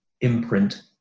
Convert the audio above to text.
imprint